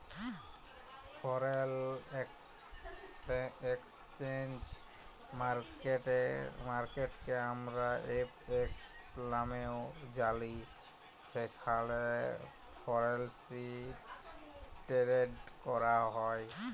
foreign exchange মার্কেটকে আমরা FX লামেও জালি যেখালে ফরেলসি টেরেড ক্যরা হ্যয়